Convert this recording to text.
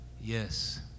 yes